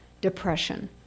depression